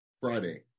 Friday